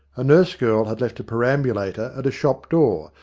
a nurse-girl had left a perambulator at a shop door,